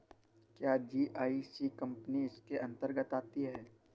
क्या GIC company इसके अन्तर्गत आती है?